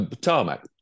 Tarmac